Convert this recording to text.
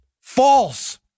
False